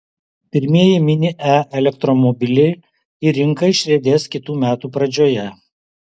pirmieji mini e elektromobiliai į rinką išriedės kitų metų pradžioje